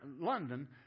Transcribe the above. London